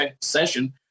session